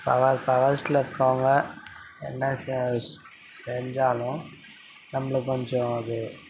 பவர்ஸில் இருக்கவங்க எல்லாம் செஞ்சாலும் நம்மளுக்கு கொஞ்சம் அது